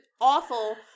awful